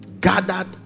Gathered